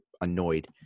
annoyed